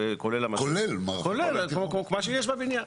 כולל כל מה שיש בבניין.